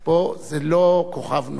פה זה לא "כוכב נולד".